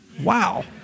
Wow